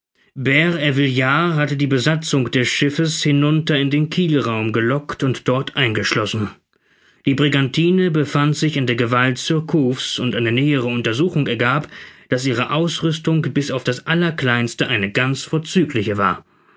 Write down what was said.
bert ervillard hatte die besatzung des schiffes hinunter in den kielraum gelockt und dort eingeschlossen die brigantine befand sich in der gewalt surcouf's und eine nähere untersuchung ergab daß ihre ausrüstung bis auf das allerkleinste eine ganz vorzügliche war